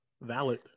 valid